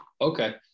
Okay